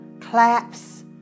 claps